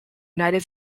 united